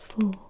four